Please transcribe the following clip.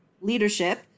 leadership